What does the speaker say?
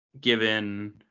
given